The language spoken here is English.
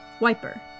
wiper